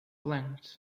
length